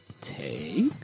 take